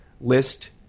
list